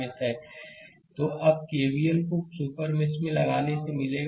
slide समय देखें 2726 तो अब केवीएल को बड़े सुपर मेष में लगाने से मिलेगा